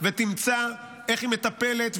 ותמצא איך היא מטפלת,